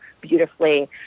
beautifully